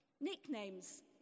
Nicknames